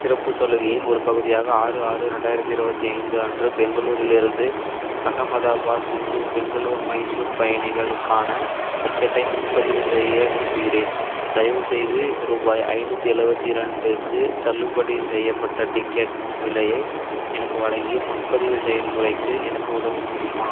சிறப்புச் சலுகையின் ஒரு பகுதியாக ஆறு ஆறு ரெண்டாயிரத்தி இருவத்தி ஐந்து அன்று பெங்களூரிலிருந்து அகமதாபாத்துக்கு பெங்களூர் மைசூர் பயணிகளுக்கான டிக்கெட்டை முன்பதிவு செய்ய விரும்புகிறேன் தயவு செய்து ரூபாய் ஐந்நூற்றி எழுவத்தி ரெண்டுக்கு தள்ளுபடி செய்யப்பட்ட டிக்கெட் விலையை எனக்கு வழங்கி முன்பதிவு செயல்முறைக்கு எனக்கு உதவ முடியுமா